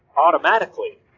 automatically